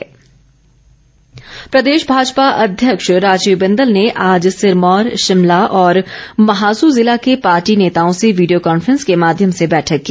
बिंदल प्रदेश भाजपा अध्यक्ष राजीव बिंदल ने आज सिरमौर शिमला और महासू जिला के पार्टी नेताओं से वीडियो कॉन्फ्रेंस के माध्यम से बैठक की